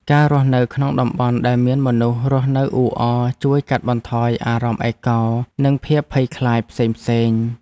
ការរស់នៅក្នុងតំបន់ដែលមានមនុស្សរស់នៅអ៊ូអរ ជួយកាត់បន្ថយអារម្មណ៍ឯកោ និងភាពភ័យខ្លាចផ្សេងៗ។